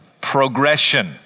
progression